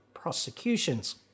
prosecutions